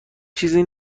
چیزی